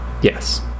Yes